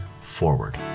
forward